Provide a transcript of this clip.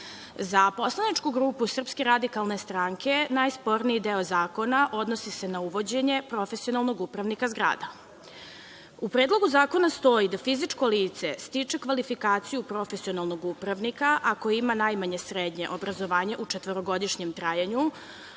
poslaničku grupu SRS najsporniji deo zakona odnosi se na uvođenje profesionalnog upravnika zgrada. U Predlogu zakona stoji da fizičko lice stiče kvalifikaciju profesionalnog upravnika ako ima najmanje srednje obrazovanje u četvorogodišnjem trajanju,